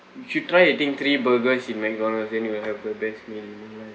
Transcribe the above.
should try eating three burgers in mcdonald's then you will have the best meal in your life